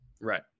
Right